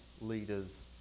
leaders